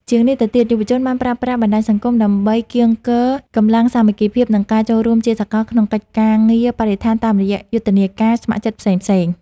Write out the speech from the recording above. ជាងនេះទៅទៀត យុវជនបានប្រើប្រាស់បណ្ដាញសង្គមដើម្បីកៀងគរកម្លាំងសាមគ្គីភាព និងការចូលរួមជាសកលក្នុងកិច្ចការងារបរិស្ថានតាមរយៈយុទ្ធនាការស្ម័គ្រចិត្តផ្សេងៗ។